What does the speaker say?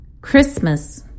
Christmas